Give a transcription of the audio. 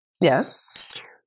Yes